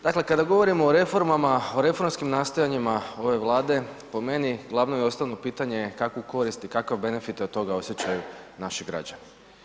Dakle, kada govorimo o reformama, o reformskim nastojanjima ove Vlade, po meni glavno i osnovno pitanje je kakvu korist i kakve benefite od toga osjećaju naši građani.